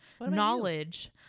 knowledge